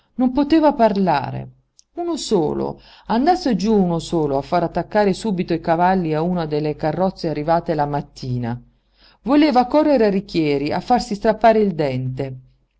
non poteva parlare uno solo andasse giú uno solo a far attaccare subito i cavalli a una delle carrozze arrivate la mattina voleva correre a richieri a farsi strappare il dente